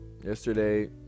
yesterday